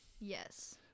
Yes